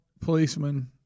policeman